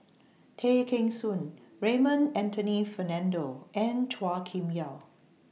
Tay Kheng Soon Raymond Anthony Fernando and Chua Kim Yeow